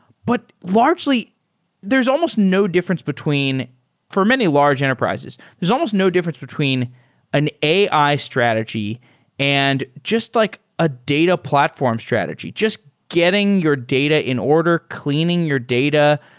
but largely there's almost no difference between for many large enterprises, there's almost no difference between an ai strategy and just like a data platform strategy. just getting your data in order, cleaning your data,